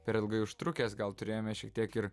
per ilgai užtrukęs gal turėjome šiek tiek ir